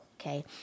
okay